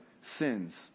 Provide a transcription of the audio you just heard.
sins